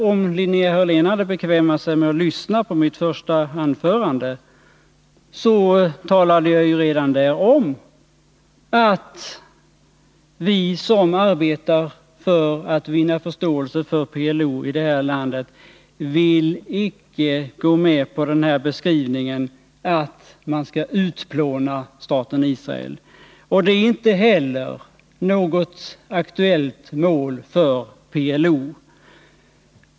Om Linnea Hörlén hade bekvämat sig att lyssna på mitt första anförande, hade hon märkt att jag redan då talade om att vi som arbetar tör att vinna förståelse för PLO i det här landet icke vill gå med på att staten Israel skall utplånas. Det är inte heller något aktuellt mål för PLO.